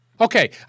Okay